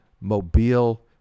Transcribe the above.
Mobile